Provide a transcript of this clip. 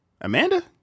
Amanda